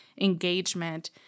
engagement